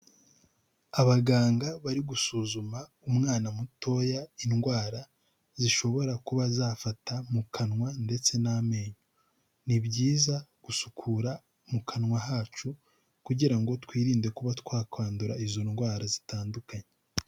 Abaganga bari gusuzuma umwana mutoya indwara zishobora kuba zafata mu kanwa ndetse n'amenyo, ni byiza gusukura mu kanwa kacu kugira ngo twirinde kuba twakwandura izo ndwara zitandukanye.